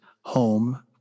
home